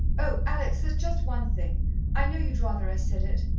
oh, alex! there's just one thing i know you'd rather i said it.